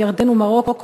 ירדן ומרוקו,